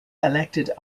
elected